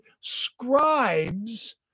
scribes